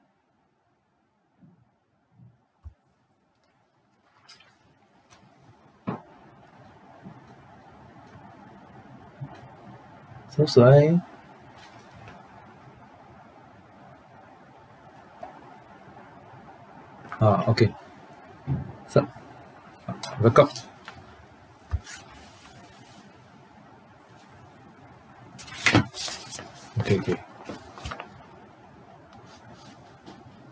so should I ah okay start uh record okay okay